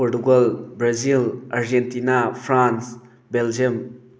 Portugal Brazil Argentina France Belgium